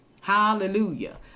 Hallelujah